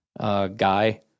guy